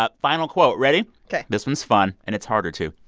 ah final quote. ready? ok this one's fun. and it's harder, too.